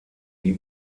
wie